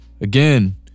again